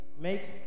Make